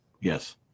Yes